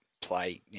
play